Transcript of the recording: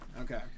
Okay